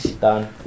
Done